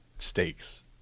stakes